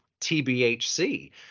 TBHC